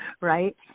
right